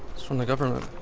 it's from the government